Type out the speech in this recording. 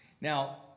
Now